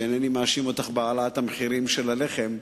שאינני מאשים אותך בהעלאת המחירים של הלחם,